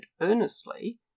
earnestly